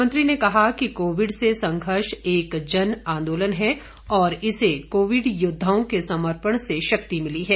मोदी ने कहा कि कोविड से संघर्ष एक जन आंदोलन है और इसे कोविड योद्वाओं के समर्पण से शक्ति मिली है